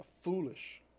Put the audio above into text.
foolish